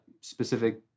specific